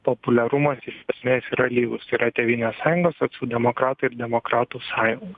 populiarumas iš esmės yra lygus tai yra tėvynės sąjungos socialdemokratų ir demokratų sąjunga